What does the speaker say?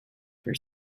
for